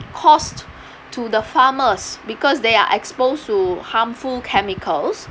cost to the farmers because they are exposed to harmful chemicals